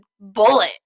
bullet